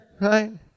right